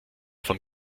von